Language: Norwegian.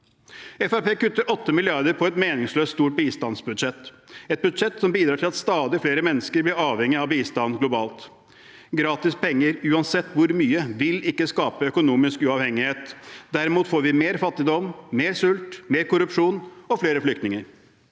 kutter 8 mrd. kr i et meningsløst stort bistandsbudsjett, et budsjett som bidrar til at stadig flere mennesker blir avhengig av bistand globalt. Gratis penger, uansett hvor mye, vil ikke skape økonomisk uavhengighet. Derimot får vi mer fattigdom, mer sult, mer korrupsjon og flere flyktninger.